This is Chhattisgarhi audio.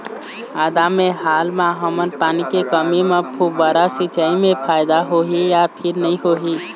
आदा मे हाल मा हमन पानी के कमी म फुब्बारा सिचाई मे फायदा होही या फिर नई होही?